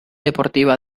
deportiva